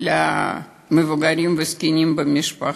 למבוגרים ולזקנים במשפחה.